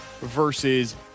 versus